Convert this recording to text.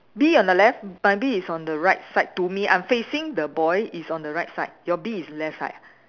bee on the left my bee is on the right side to me I'm facing the boy it's on the right side your bee is left side